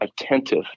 attentive